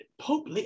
Pope